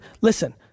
Listen